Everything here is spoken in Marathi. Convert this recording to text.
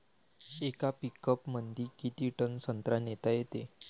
येका पिकअपमंदी किती टन संत्रा नेता येते?